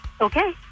Okay